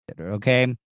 Okay